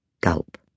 Gulp